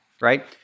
right